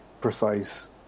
precise